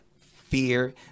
fear